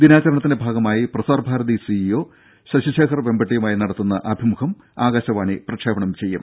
ദിനാചരണത്തിന്റെ ഭാഗമായി Prasar Bharati C E O Shashi Shekhar വെമ്പട്ടിയുമായി നടത്തുന്ന അഭിമുഖം ആകാശവാണി പ്രക്ഷേപണം ചെയ്യും